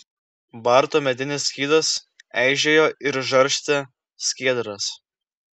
barto medinis skydas eižėjo ir žarstė skiedras